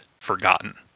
forgotten